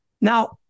Now